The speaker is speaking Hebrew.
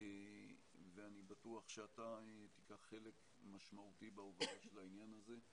ואני בטוח שאתה תיקח חלק משמעותי בהובלה של העניין הזה.